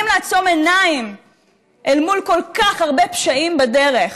לעצום עיניים אל מול כל כך הרבה פשעים בדרך?